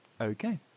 Okay